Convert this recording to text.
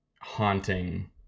haunting